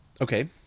Okay